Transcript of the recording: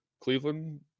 Cleveland